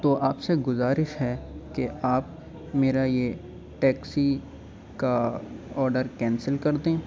تو آپ سے گزارش ہے کہ آپ میرا یہ ٹیکسی کا آڈر کینسل کر دیں